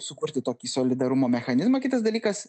sukurti tokį solidarumo mechanizmą kitas dalykas